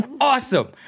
Awesome